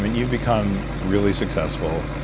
you've become really successful,